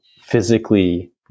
physically